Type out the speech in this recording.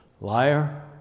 Liar